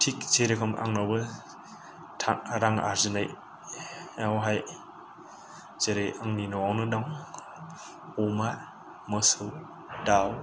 थिक जेरोखोम आंनावबो रां आरजिनायावहाय जेरै आंनि न'आवनो दं अमा मोसौ दाउ